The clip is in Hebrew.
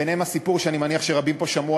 ביניהם הסיפור שאני מניח שרבים פה שמעו,